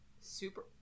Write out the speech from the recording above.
Super